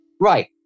Right